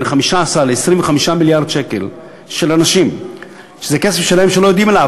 בין 15 ל-25 מיליארד שקל של אנשים שזה כסף שלהם שהם לא יודעים עליו,